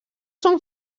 són